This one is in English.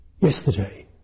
yesterday